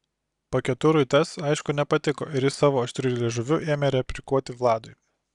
paketurui tas aišku nepatiko ir jis savo aštriu liežuviu ėmė replikuoti vladui